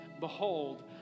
Behold